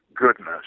goodness